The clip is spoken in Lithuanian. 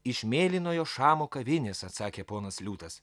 iš mėlynojo šamo kavinės atsakė ponas liūtas